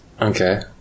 Okay